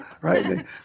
right